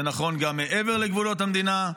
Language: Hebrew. זה נכון גם מעבר לגבולות המדינה,